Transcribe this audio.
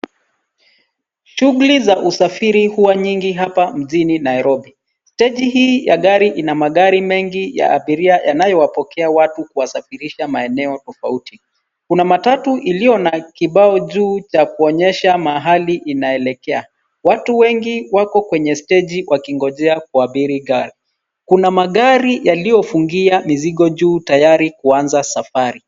Shughuli za usafiri huwa nyingi hapa mjini Nairobi. Steji hii ya gari ina magari mengi ya abiria yanayo wapokea watu kuwasafirisha maeneo tofauti. Kuna matatu iliyo na kibao juu cha kuonyesha mahali inaelekea. Watu wengi wako kwenye steji wakingojea kuabiri gari. Kuna magari yaliyofungia mzigo juu tayari kuanza safari.